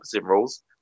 rules